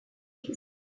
knees